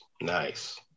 nice